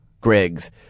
Griggs